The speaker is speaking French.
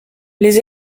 les